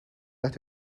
let